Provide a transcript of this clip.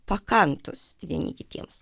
pakantūs vieni kitiems